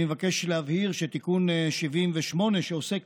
אני מבקש להבהיר שתיקון 78, שעוסק